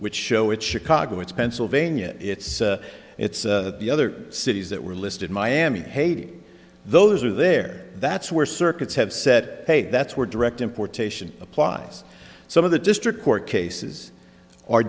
which show it chicago it's pennsylvania it's it's the other cities that were listed miami haiti those are there that's where circuits have said hey that's where direct importation applies some of the district court cases